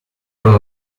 con